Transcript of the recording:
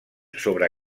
sobre